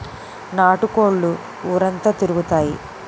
నాటు కోళ్లు ఊరంతా తిరుగుతాయి